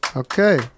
okay